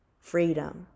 freedom